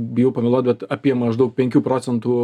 bijau pameluot bet apie maždaug penkių procentų